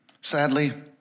Sadly